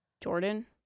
Jordan